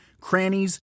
crannies